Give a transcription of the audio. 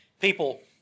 People